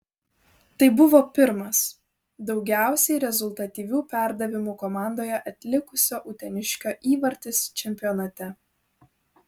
tai buvo pirmas daugiausiai rezultatyvių perdavimų komandoje atlikusio uteniškio įvartis čempionate